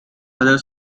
other